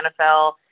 NFL